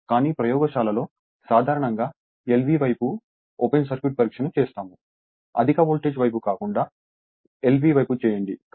కానీ ప్రయోగశాలలో సాధారణంగా LV వైపు ఓపెన్ సర్క్యూట్ పరీక్ష చేస్తాము అధిక వోల్టేజ్ వైపు కాకుండా LV వైపు చేయండి